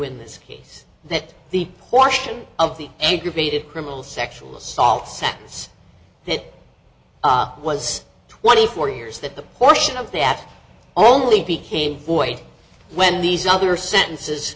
in this case that the portion of the aggravated criminal sexual assault sense that was twenty four years that the portion of that only became void when these other sentences